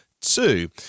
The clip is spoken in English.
two